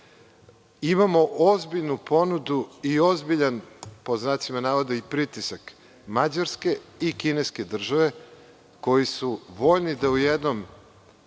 B“.Imamo ozbiljnu ponudu i ozbiljan, pod znacima navoda, pritisak Mađarske i kineske države, koji su voljni da u jednom